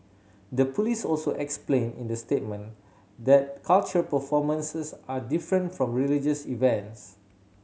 the police also explained in the statement that cultural performances are different from religious events